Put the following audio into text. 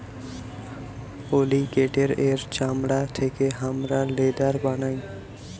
অলিগেটের এর চামড়া থেকে হামরা লেদার বানাই